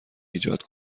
ایجاد